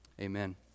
amen